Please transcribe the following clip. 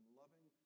loving